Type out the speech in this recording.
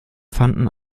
fanden